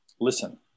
listen